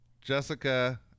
Jessica